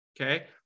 okay